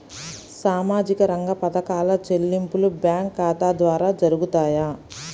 సామాజిక రంగ పథకాల చెల్లింపులు బ్యాంకు ఖాతా ద్వార జరుగుతాయా?